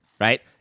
Right